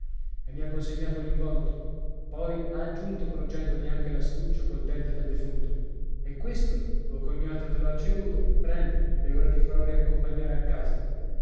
e mi ha consegnato l'involto poi ha aggiunto porgendomi anche l'astuccio col dente del defunto e questo tuo cognato te lo ha ceduto prendi e ora ti farò riaccompagnare a casa